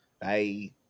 Bye